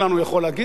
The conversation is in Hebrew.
הוא יכול להגיד לי,